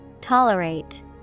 Tolerate